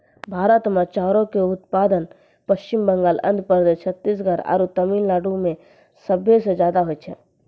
भारत मे चाउरो के उत्पादन पश्चिम बंगाल, आंध्र प्रदेश, छत्तीसगढ़ आरु तमिलनाडु मे सभे से ज्यादा होय छै